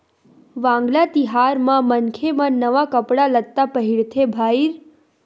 वांगला तिहार म मनखे मन नवा कपड़ा लत्ता पहिरथे भईर